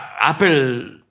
Apple